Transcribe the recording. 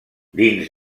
dins